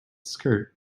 skirt